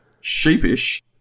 sheepish